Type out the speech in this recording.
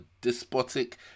despotic